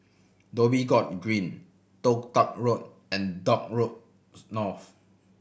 Dhoby Ghaut Green Toh Tuck Road and Dock Road North